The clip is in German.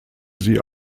sie